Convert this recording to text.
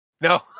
No